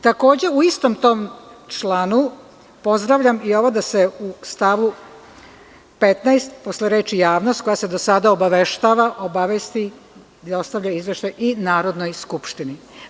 Takođe, u istom tom članu pozdravljam i ovo da se u stavu 15. posle reči javnost koja se do sada obaveštava, obavesti i dostavlja izveštaj i Narodnoj skupštini.